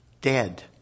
dead